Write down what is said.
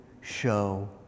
show